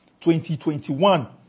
2021